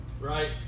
right